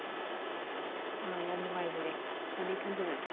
ꯑ ꯌꯥꯝꯅ ꯅꯨꯡꯉꯥꯏꯖꯔꯦ ꯐꯅꯤ ꯊꯝꯖꯔꯒꯦ